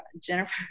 jennifer